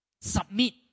Submit